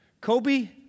Kobe